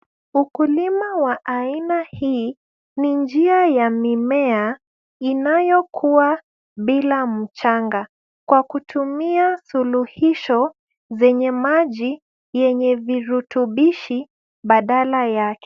Ukulima wa aina hii ni njia ya mimea inayokua bila mchanga kwa kutumia suluhisho zenye maji yenye virutubisho badala yake.